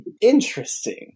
interesting